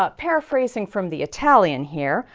ah paraphrasing from the italian here.